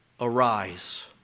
arise